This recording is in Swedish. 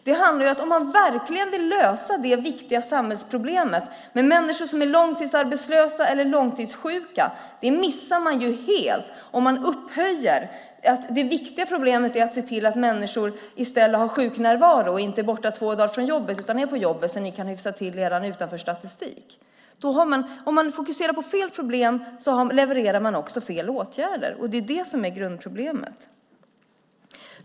Det handlar om att om man verkligen vill lösa det viktiga samhällsproblemet med människor som är långtidsarbetslösa eller långtidssjuka missar man det helt om man upphöjer det till att det viktiga är att se till att människor i stället har sjuknärvaro och inte är borta två dagar från jobbet. De ska vara på jobbet så att ni kan hyfsa till er utanförskapsstatistik. Om man fokuserar på fel problem levererar man också fel åtgärder. Det är det som är grundproblemet.